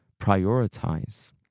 prioritize